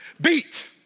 beat